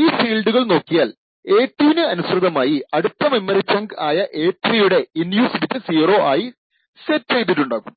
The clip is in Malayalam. ഈ ഫീൽഡുകൾ നോക്കിയാൽ a2 നു അനുസ്യതമായി അടുത്ത മെമ്മറി ചങ്ക് ആയ a3 യുടെ ഇൻ യൂസ് ബിറ്റ് 0 ആയി സെറ്റ് ചെയ്തിട്ടുണ്ടാകും